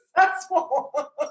successful